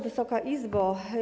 Wysoka Izbo!